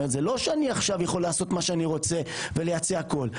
זה לא שאני עכשיו יכול לעשות מה שאני רוצה ולייצא הכול,